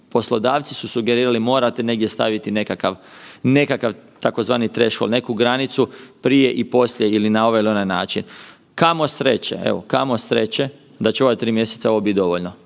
poslodavci su sugerirali morate negdje staviti nekakav, nekakav tzv. trešvol, neku granicu prije i poslije ili na ovaj ili onaj način. Kamo sreće, evo, kamo sreće da će u ova 3 mjeseca ovo bit dovoljno,